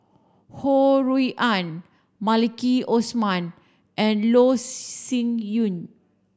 Ho Rui An Maliki Osman and Loh Sin Yun